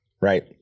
right